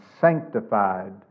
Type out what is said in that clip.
sanctified